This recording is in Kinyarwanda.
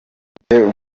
ndizeye